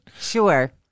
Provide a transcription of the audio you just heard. Sure